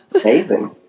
amazing